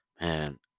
man